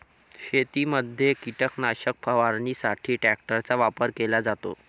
शेतीमध्ये कीटकनाशक फवारणीसाठी ट्रॅक्टरचा वापर केला जातो